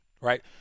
right